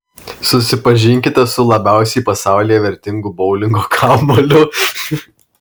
susipažinkite su labiausiai pasaulyje vertingu boulingo kamuoliu